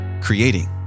creating